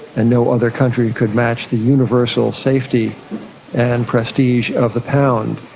and no other country could match the universal safety and prestige of the pound.